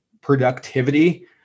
productivity